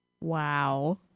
Wow